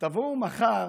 תבואו מחר